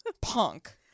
punk